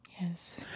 Yes